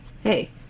hey